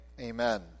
Amen